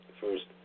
first